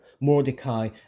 Mordecai